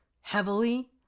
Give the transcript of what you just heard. heavily